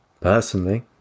Personally